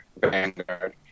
vanguard